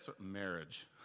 Marriage